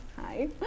Hi